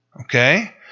Okay